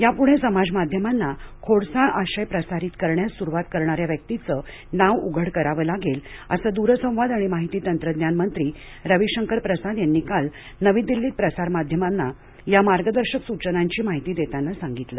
यापुढे समाज माध्यमांना खोडसाळ आशय प्रसारित करण्यास सुरुवात करणाऱ्या व्यक्तीचं नाव उघड करावं लागेल असं दूरसंवाद आणि माहिती तंत्रज्ञान मंत्री रविशंकर प्रसाद यांनी काल नवी दिल्लीत प्रसारमाध्यमांना या मार्गदर्शक सूचनांची माहिती देताना सांगितलं